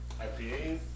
IPA